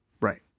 Right